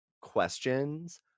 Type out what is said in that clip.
questions